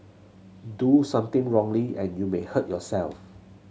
do something wrongly and you may hurt yourself